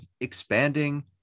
expanding